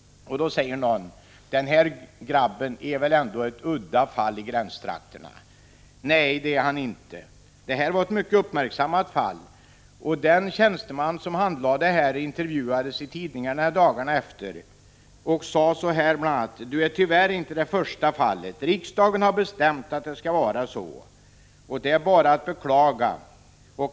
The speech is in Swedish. Då säger någon: Den här grabben är väl ändå ett udda fall i gränstrakterna. Nej, det är han inte. Detta var ett mycket uppmärksammat fall. Den tjänsteman som handlade det intervjuades i tidningarna några dagar senare och sade bl.a.: Du är tyvärr inte det första fallet. Riksdagen har bestämt att det skall vara så, och det är bara att beklaga.